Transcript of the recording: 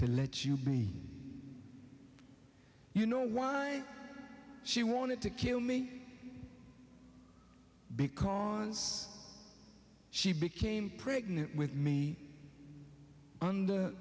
to let you be you know why she wanted to kill me because she became pregnant with me